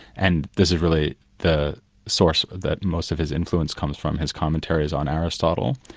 and this is really the source that most of his influence comes from, his commentaries on aristotle.